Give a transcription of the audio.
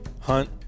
hunt